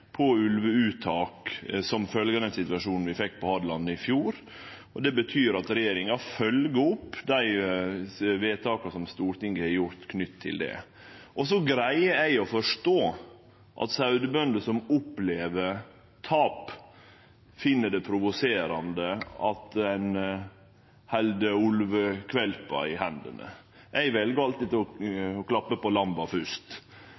f.eks. ulveuttak, som følgje av den situasjonen vi fekk på Hadeland i fjor. Det betyr at regjeringa følgjer opp dei vedtaka som Stortinget har gjort i samband med det. Eg greier å forstå at sauebønder som opplever tap, finn det provoserande at ein held ulvekvalpar i hendene. Eg vel alltid å klappe på lamma fyrst.